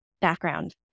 background